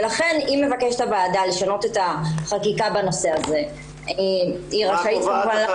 לכן אם הוועדה מבקשת לשנות את החקיקה בנושא הזה היא רשאית כמובן.